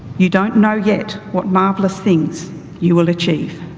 you don't know yet what marvelous things you will achieve.